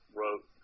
wrote